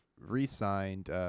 re-signed